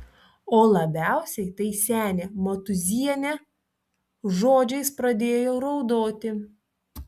o labiausiai tai senė motūzienė žodžiais pradėjo raudoti